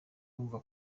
bumva